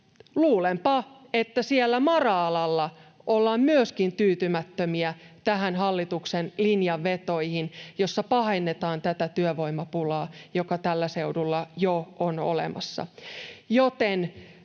luulenpa, että myöskin siellä mara-alalla ollaan tyytymättömiä näihin hallituksen linjanvetoihin, joilla pahennetaan tätä työvoimapulaa, joka tällä seudulla jo on olemassa. Joten